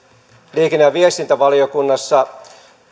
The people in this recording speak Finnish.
liikenne ja viestintävaliokunnassa